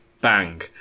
bang